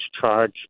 charge